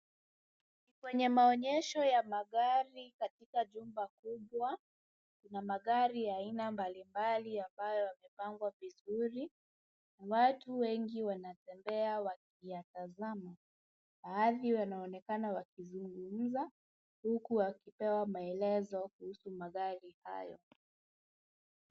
Ni kwenye maonyesho ya magari katika chumba kubwa . Kuna magari ya aina mbalimbali ambayo yamepangwa vizuri. Watu wengi wanatembea wakiyatazama. Baadhi wanaonekana wakizungumza huku wakipewa maelezo kuhusu magari hayo.